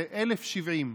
זה 1,070,